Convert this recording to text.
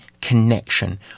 connection